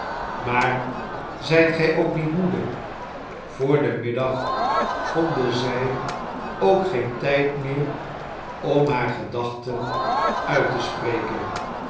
maar zijt gij ook niet moede voor den middag vonden zij ook geen tijd meer om haar gedachten uit te spreken